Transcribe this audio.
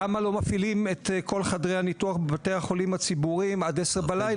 למה לא מפעילים את כל חדרי הניתוח בבתי החולים הציבוריים עד 10 בלילה?